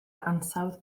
ansawdd